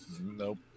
Nope